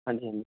ਹਾਂਜੀ ਹਾਂਜੀ